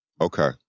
Okay